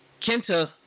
Kenta